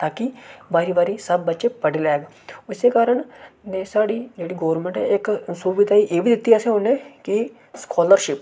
ताकि बारी बारी सब बच्चे पढ़ी लैन